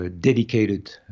dedicated